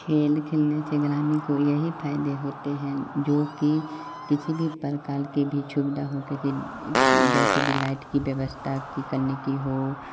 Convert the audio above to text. खेल खेलने जेकरा में कोई यही फायदे होते है जो कि किसी भी प्रकार की भी सुविधा हो जिन इक जैसे बीलाइट की व्यवस्था की करने की हो